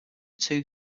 two